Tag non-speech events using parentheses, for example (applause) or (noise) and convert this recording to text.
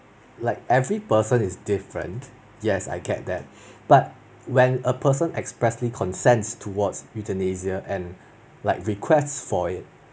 like every person is different yes I get that (breath) but when a person expressly consents towards euthanasia and like request for it